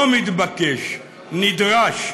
לא מתבקש, נדרש.